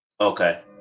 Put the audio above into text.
Okay